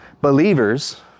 believers